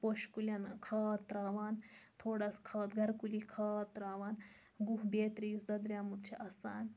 پوشہِ کُلیٚن کھاد تراوان تھوڑا کھاد گَر کُلی کھاد تراوان گُہہ بیٚترِ یُس دۄدریومُت چھُ آسان